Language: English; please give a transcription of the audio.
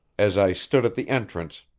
as i stood at the entrance,